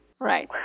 Right